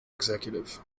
executive